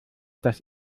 dass